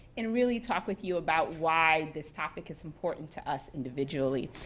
and really talk with you about why this topic is important to us individually.